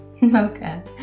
Mocha